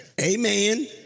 Amen